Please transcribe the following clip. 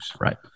Right